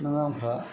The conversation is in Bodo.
नों आंफ्रा